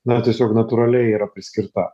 na tiesiog natūraliai yra priskirta